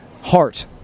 heart